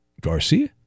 Garcia